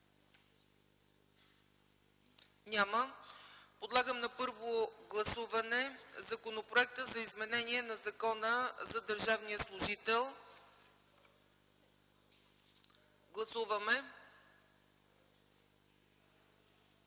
Няма. Гласуваме на първо четене Законопроекта за изменение на Закона за държавния служител. Гласували